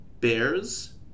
bears